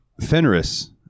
Fenris